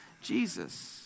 Jesus